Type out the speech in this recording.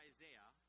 Isaiah